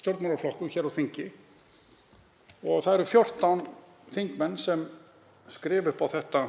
stjórnmálaflokkum hér á þingi og það eru 14 þingmenn sem skrifa upp á það.